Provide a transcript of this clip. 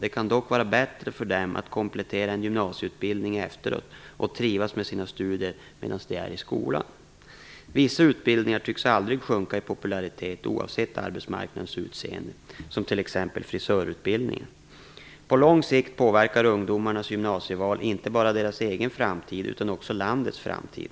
Det kan dock vara bättre för dem att komplettera en gymnasieutbildning efteråt och trivas med sina studier medan de är i skolan. Vissa utbildningar tycks aldrig sjunka i popularitet oavsett arbetsmarknadens utseende, som t.ex. frisörutbildningen. På lång sikt påverkar ungdomarnas gymnasieval inte bara deras egen framtid utan också landets framtid.